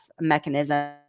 mechanism